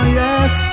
yes